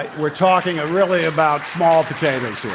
we're talking, really, about small potatoes here.